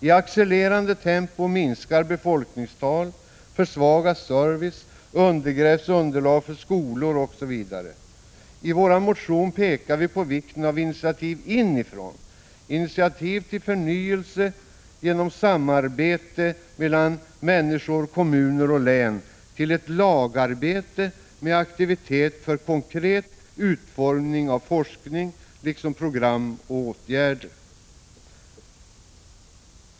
I accelererande tempo minskar befolkningen, försvagas servicen, undergrävs underlaget för skolor osv. I vår motion pekar vi på vikten av initiativ inifrån, initiativ till förnyelse genom samarbete mellan människor, kommuner och län till ett lagarbete med aktivitet för konkret utformning av forskning liksom program och åtgärder.